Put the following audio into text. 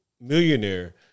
millionaire